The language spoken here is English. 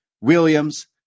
Williams